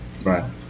Right